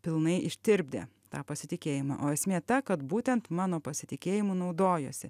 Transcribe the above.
pilnai ištirpdė tą pasitikėjimą o esmė ta kad būtent mano pasitikėjimu naudojasi